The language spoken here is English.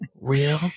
Real